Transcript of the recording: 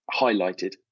highlighted